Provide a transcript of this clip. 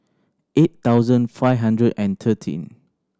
eight thousand five hundred and thirteen